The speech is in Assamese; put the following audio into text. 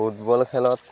ফুটবল খেলত